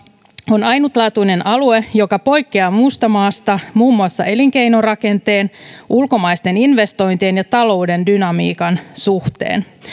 on ainutlaatuinen alue joka poikkeaa muusta maasta muun muassa elinkeinorakenteen ulkomaisten investointien ja talouden dynamiikan suhteen